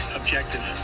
objective